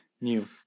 new